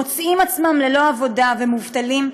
מוצאים עצמם ללא עבודה ומובטלים,